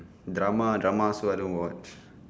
drama drama also I don't watch